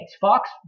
Fox –